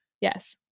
Yes